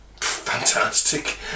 Fantastic